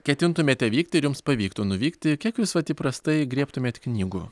ketintumėte vykti ir jums pavyktų nuvykti kiek jūs vat įprastai griebtumėt knygų